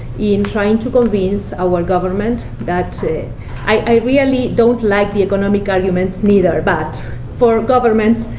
in trying to convince our government that i really don't like the economic arguments and either, but for governments,